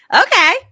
okay